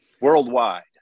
worldwide